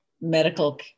medical